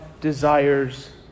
desires